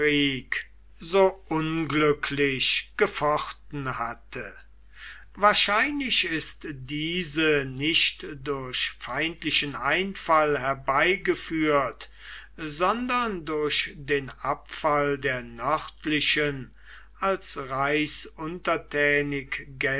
so unglücklich gefochten hatte wahrscheinlich ist diese nicht durch feindlichen einfall herbeigeführt sondern durch den abfall der nördlichen als